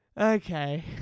Okay